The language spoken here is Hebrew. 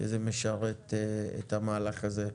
שזה משרת את המהלך הזה.